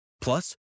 Plus